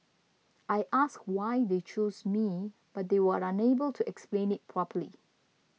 I asked why they chose me but they were unable to explain it properly